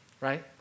right